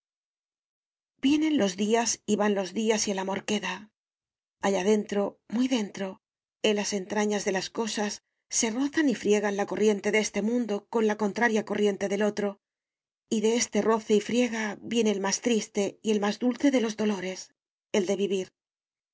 vienen los días y van los días y el amor queda allá dentro muy dentro en las entrañas de las cosas se rozan y friegan la corriente de este mundo con la contraria corriente del otro y de este roce y friega viene el más triste y el más dulce de los dolores el de vivir